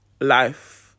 life